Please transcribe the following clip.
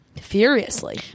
Furiously